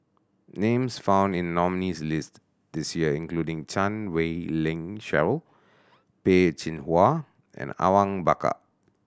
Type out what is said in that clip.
names found in nominees' list this year including Chan Wei Ling Cheryl Peh Chin Hua and Awang Bakar